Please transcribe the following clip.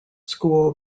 school